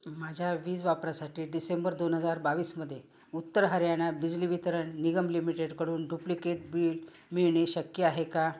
माझ्या वीज वापरासाठी डिसेंबर दोन हजार बावीसमध्ये उत्तर हरियाणा बिजली वितरण निगम लिमिटेडकडून डुप्लिकेट बिल मिळणे शक्य आहे का